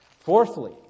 Fourthly